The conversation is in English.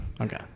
Okay